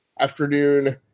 afternoon